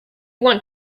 want